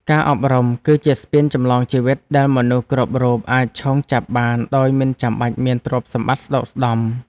ការអប់រំ គឺជាស្ពានចម្លងជីវិតដែលមនុស្សគ្រប់រូបអាចឈោងចាប់បានដោយមិនចាំបាច់មានទ្រព្យសម្បត្តិស្ដុកស្ដម្ភ។